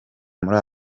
muri